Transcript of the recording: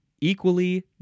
equally